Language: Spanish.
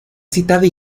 citada